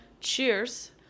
Cheers